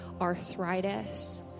arthritis